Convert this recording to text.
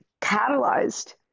catalyzed